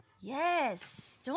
Yes